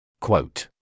Quote